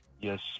Yes